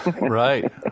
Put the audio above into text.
Right